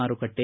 ಮಾರುಕಟ್ಟೆ